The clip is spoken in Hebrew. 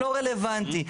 לא רלוונטי.